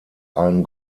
einen